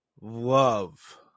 love